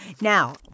Now